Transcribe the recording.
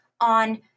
on